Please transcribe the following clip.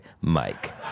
Mike